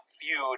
feud